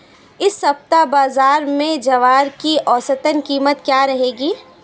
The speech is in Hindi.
इस सप्ताह बाज़ार में ज्वार की औसतन कीमत क्या रहेगी?